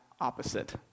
opposite